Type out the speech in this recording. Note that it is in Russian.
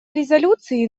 резолюции